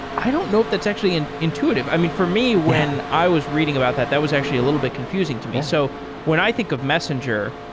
i don't know if that's actually and intuitive. i mean, for me, when i was reading about that, that was actually a little bit confusing to me. so when i think of messenger,